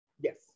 Yes